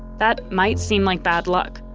that might seem like bad luck,